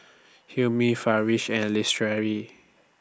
Hilmi Firash and Lestari